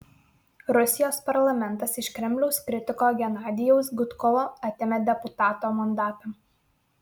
rusijos parlamentas iš kremliaus kritiko genadijaus gudkovo atėmė deputato mandatą